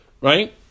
right